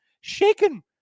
shaken